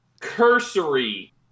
cursory